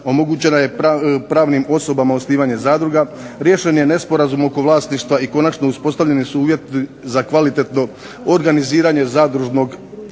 omogućeno je pravnim osobama osnivanje zadruge, riješen je nesporazum oko vlasništva i konačno uspostavljeni su uvjeti za kvalitetno organiziranje zadružnog saveza